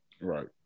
Right